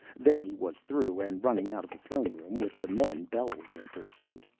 then he was through and running out of the throne room with the men bellowing in pursuit.